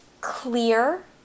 clear